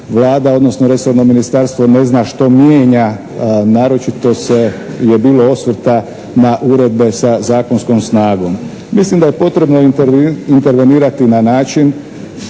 Vlada odnosno resorno Ministarstvo ne zna što mijenja? Naročito se, je bilo osvrta na uredbe sa zakonskom snagom. Mislim da je potrebno intervenirati na način